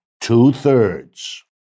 Two-thirds